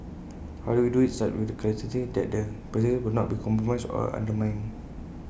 how do we do IT such with the certainty that the practices will not be compromised or undermined